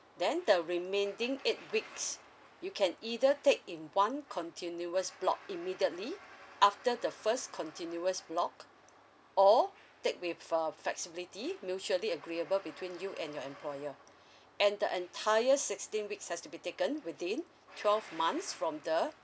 then the remaining eight weeks you can either take in one continuous block immediately after the first continuous block or take with uh flexibility mutually agreeable between you and your employer and the entire sixteen weeks has to be taken within twelve months from the